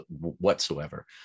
whatsoever